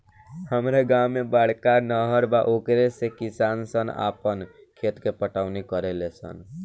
हामरा गांव में बड़का नहर बा ओकरे से किसान सन आपन खेत के पटवनी करेले सन